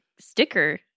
sticker